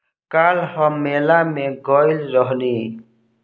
काल्ह हम मेला में गइल रहनी